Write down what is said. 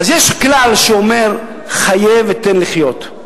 אז יש כלל שאומר: חיה ותן לחיות.